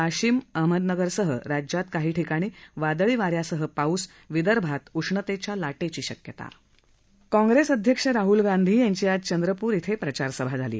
वाशिम अहमदनगरसह राज्यात काही ठिकाणी वादळी वा यासह पाऊस विदर्भात उष्णतेच्या लाटेची शक्यता काँग्रेस अध्यक्ष राहल गांधी यांची आज चंद्रपूर इथं प्रचारसभा झाली